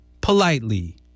politely